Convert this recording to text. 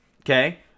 Okay